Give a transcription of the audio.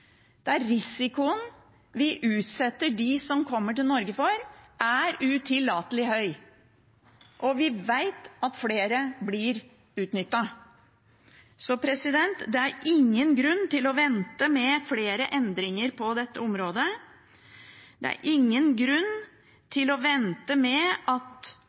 der risikoen vi utsetter dem som kommer til Norge for, er utillatelig høy. Vi vet at flere blir utnyttet. Det er ingen grunn til å vente med flere endringer på dette området. Det er f.eks. ingen grunn til å vente med å endre det slik at